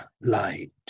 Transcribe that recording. light